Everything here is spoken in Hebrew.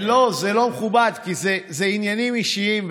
לא, זה לא מכובד, כי זה עניינים אישיים,